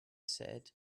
said